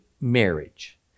marriage